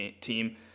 team